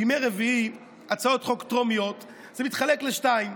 בימי רביעי הצעות חוק טרומיות מתחלקות לשניים: